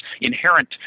inherent